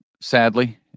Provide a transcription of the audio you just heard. Sadly